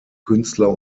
künstler